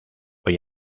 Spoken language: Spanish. hoy